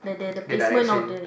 that direction